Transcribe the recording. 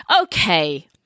Okay